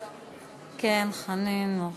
כן, חנין, מורחקת.